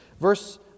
Verse